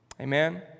Amen